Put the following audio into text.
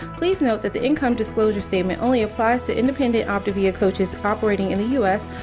please note that the income disclosure statement only applies to independent optavia coaches operating in the u s.